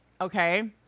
Okay